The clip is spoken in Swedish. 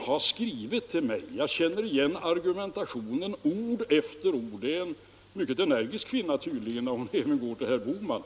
har skrivit till mig; jag känner igen argumentationen ord för ord. Det är tydligen en mycket energisk kvinna, eftersom hon även har gått till herr Bohman.